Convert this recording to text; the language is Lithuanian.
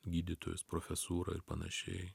gydytojus profesūrą ir panašiai